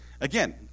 Again